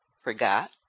forgot